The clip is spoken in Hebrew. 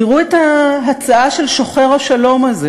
תראו את ההצעה של שוחר השלום הזה